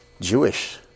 Jewish